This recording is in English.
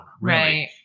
Right